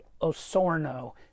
Osorno